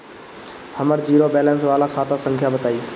हमर zero balance वाला खाता संख्या बताई?